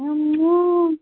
اللہ